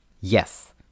Yes